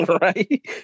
Right